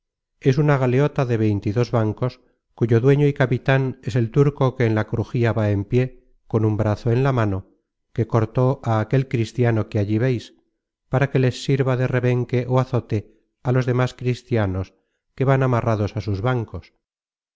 es una galeota de veintidos bancos cuyo dueño y capitan es el turco que en la crujía va en pié con un brazo en la mano que cortó á aquel cristiano que allí veis para que les sirva de rebenque ó azote á los demas cristianos que van amarrados á sus bancos